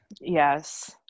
Yes